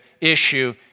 issue